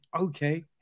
okay